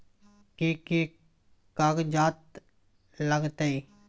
कि कि कागजात लागतै?